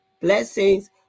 blessings